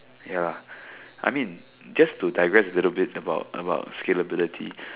ya I mean just to digress a little bit about about capabilities